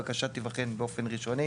הבקשה תיבחן באופן ראשוני